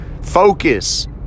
Focus